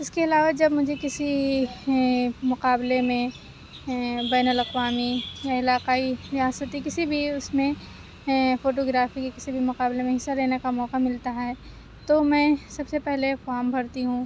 اِس کے علاوہ جب مجھے کسی مقابلے میں بین الاقوامی میں علاقائی ریاستی کسی بھی اُس میں فوٹو گرافی کسی بھی مقابلے میں حصّہ لینے کا موقع ملتا ہے تو میں سب سے پہلے فام بھرتی ہوں